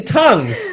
tongues